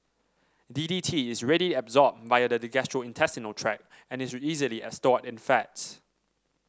D D T is readily absorbed via the gastrointestinal tract and is easily stored in fats